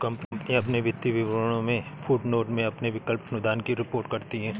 कंपनियां अपने वित्तीय विवरणों में फुटनोट में अपने विकल्प अनुदान की रिपोर्ट करती हैं